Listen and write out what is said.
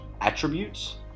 attributes